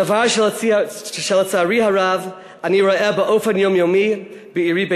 דבר שלצערי הרב אני רואה באופן יומיומי בעירי,